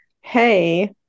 hey